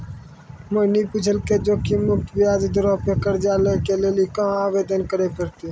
मोहिनी पुछलकै जोखिम मुक्त ब्याज दरो पे कर्जा लै के लेली कहाँ आवेदन करे पड़तै?